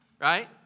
Right